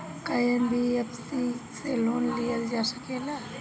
का एन.बी.एफ.सी से लोन लियल जा सकेला?